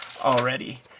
already